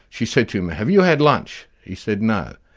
she said to him, have you had lunch? he said no.